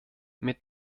mit